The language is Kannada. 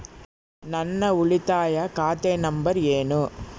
ನನ್ನ ಉಳಿತಾಯ ಖಾತೆ ನಂಬರ್ ಏನು?